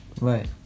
right